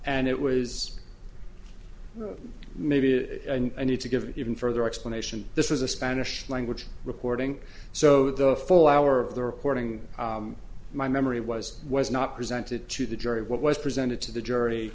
and it was maybe it and you to give it even further explanation this is a spanish language reporting so the full hour of the recording my memory was was not presented to the jury what was presented to the jury